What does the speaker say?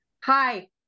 Hi